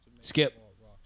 Skip